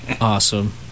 Awesome